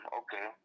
okay